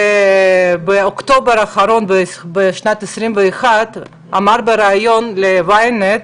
שבאוקטובר האחרון, בשנת 2021, אמר בראיון ל-Ynet,